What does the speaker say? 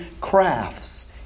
crafts